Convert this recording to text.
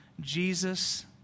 Jesus